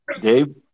Dave